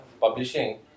publishing